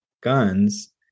guns